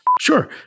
Sure